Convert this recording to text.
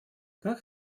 как